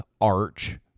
arch